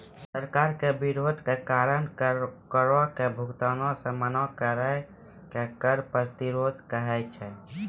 सरकार के विरोध के कारण करो के भुगतानो से मना करै के कर प्रतिरोध कहै छै